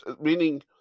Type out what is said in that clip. Meaning